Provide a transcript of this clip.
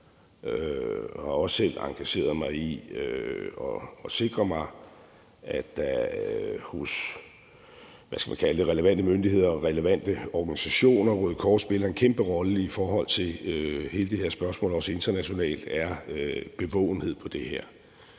og også selv engageret mig i at sikre mig, at der hos relevante myndigheder og relevante organisationer – Røde Kors spiller en kæmpe rolle i forhold til hele det her spørgsmål, også internationalt – er bevågenhed på det her.